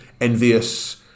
envious